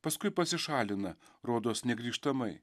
paskui pasišalina rodos negrįžtamai